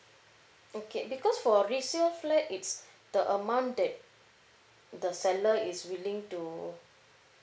okay because for resale flat it's the amount that the seller is willing to